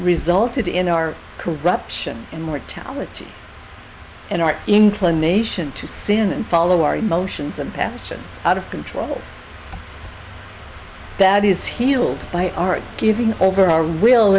resulted in our corruption and mortality and our inclination to sin and follow our emotions and actions out of control that is healed by our giving over our will